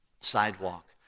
sidewalk